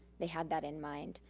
they had that in mind.